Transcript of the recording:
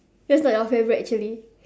that's not your favourite actually